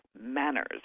manners